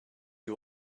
you